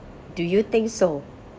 do you think so